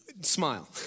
smile